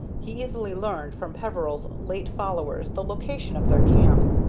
he easily learned from peveril's late followers the location of their camp,